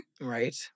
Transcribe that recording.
Right